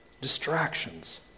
Distractions